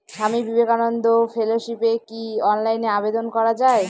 স্বামী বিবেকানন্দ ফেলোশিপে কি অনলাইনে আবেদন করা য়ায়?